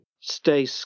Stay